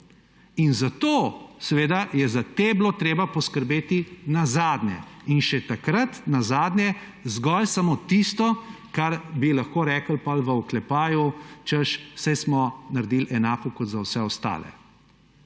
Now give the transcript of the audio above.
Zato je za te bilo treba poskrbeti nazadnje, in še takrat nazadnje zgolj samo tisto, kar bi lahko rekli potem v oklepaju, češ, saj smo naredili enako kot za vse ostale.